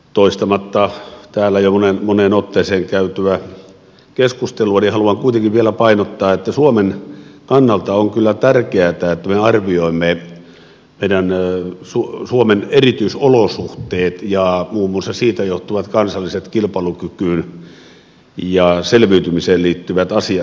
toistamatta täällä jo moneen otteeseen käytyä keskustelua haluan kuitenkin vielä painottaa että suomen kannalta on kyllä tärkeätä että me arvioimme suomen erityisolosuhteet ja muun muassa siitä johtuvat kansalliset kilpailukykyyn ja selviytymiseen liittyvät asiat